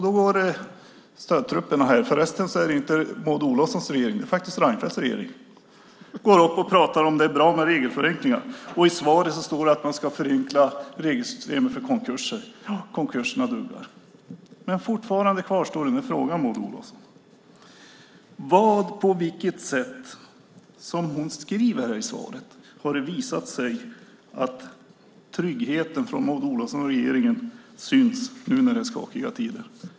Då går stödtrupperna - det är inte Maud Olofssons regering, utan Fredrik Reinfeldts - upp och pratar om att det är bra med regelförenklingar. I svaret står det att man ska förenkla regelsystemet för konkurser; konkurserna duggar. Fortfarande kvarstår frågan: På vilket sätt har det visat sig att - som det står i svaret - tryggheten från Maud Olofsson och regeringen syns nu när det är skakiga tider?